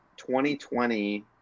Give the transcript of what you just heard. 2020